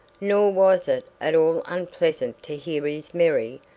nor was it at all unpleasant to hear his merry,